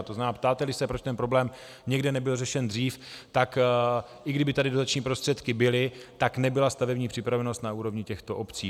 To znamená, ptáteli se, proč ten problém někde nebyl řešen dřív, tak i kdyby tady dotační prostředky byly, tak nebyla stavební připravenost na úrovni těchto obcí.